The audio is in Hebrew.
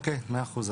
מאה אחוז.